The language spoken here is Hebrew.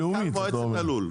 הוא מנכ"ל מועצת הלול.